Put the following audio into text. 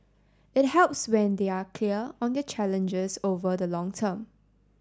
it helps when they are clear on their challenges over the long term